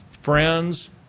Friends